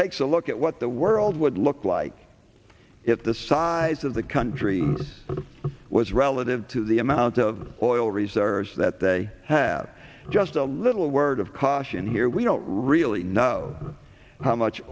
takes a look at what the world would look like if the size of the country was relative to the amount of oil reserves that they have just a little word of caution here we don't really know how much